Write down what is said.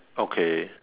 okay